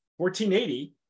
1480